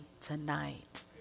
tonight